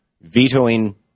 vetoing